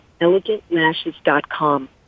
elegantlashes.com